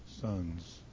sons